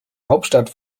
hauptstadt